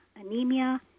anemia